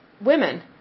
women